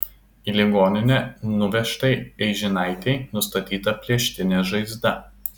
į ligoninę nuvežtai eižinaitei nustatyta plėštinė žaizda